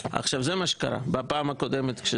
זה מה שקרה בפעם הקודמת.